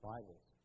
Bibles